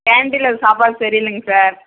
கேண்டீனில் சாப்பாடு சரி இல்லைங்க சார்